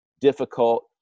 difficult